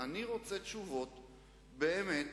תשווה רק